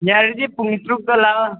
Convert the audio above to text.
ꯌꯥꯔꯗꯤ ꯄꯨꯡ ꯇꯔꯨꯛꯇ ꯂꯥꯛꯑꯣ